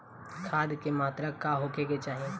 खाध के मात्रा का होखे के चाही?